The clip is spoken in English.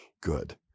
good